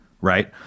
Right